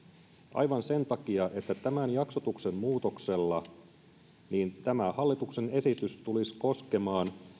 aivan sen takia että tämän jaksotuksen muutoksella tämä hallituksen esitys tulisi koskemaan